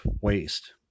waste